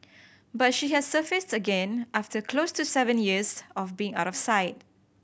but she has surfaced again after close to seven years of being out of sight